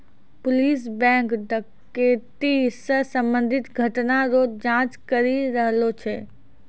police bank डकैती से संबंधित घटना रो जांच करी रहलो छै